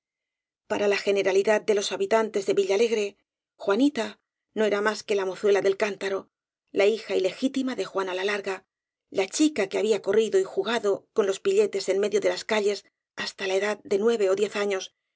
para la generalidad de los habitantes de villalegre juanita no era más que la mozuela del cántaro la hija ilegítima de juana la larga la chica que había corrido y jugado con los pilletes en medio de las calles hasta la edad de nueve ó diez años